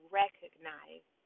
recognize